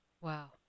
Wow